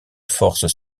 forces